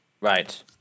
right